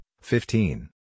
fifteen